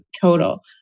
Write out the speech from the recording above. total